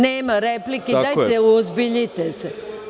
Nema replike, dajte uozbiljite se.